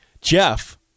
Jeff